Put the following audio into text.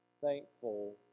thankful